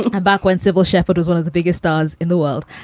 ah back, when cybill shepherd was one of the biggest stars in the world.